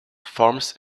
forms